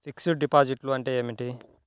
Fixed డిపాజిట్లు అంటే ఏమిటి?